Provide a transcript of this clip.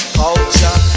culture